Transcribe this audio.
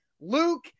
Luke